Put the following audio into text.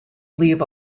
leave